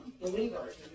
believers